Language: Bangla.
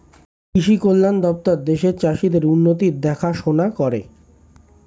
কৃষি কল্যাণ দপ্তর দেশের চাষীদের উন্নতির দেখাশোনা করে